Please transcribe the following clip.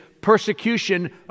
persecution